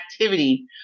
activity